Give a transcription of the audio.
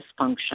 dysfunction